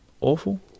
Awful